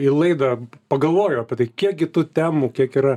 į laidą pagalvojau apie tai kiekgi tų temų kiek yra